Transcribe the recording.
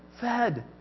fed